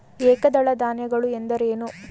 ಏಕದಳ ಧಾನ್ಯಗಳು ಎಂದರೇನು?